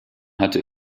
hatte